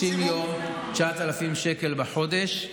30 יום, 9,000 שקלים בחודש.